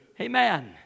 Amen